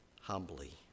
humbly